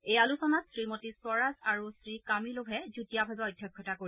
এই আলোচনাত শ্ৰী মতী স্বৰাজ আৰু শ্ৰীকামিলোভে যুটীয়াভাৱে অধ্যক্ষতা কৰিব